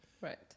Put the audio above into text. Right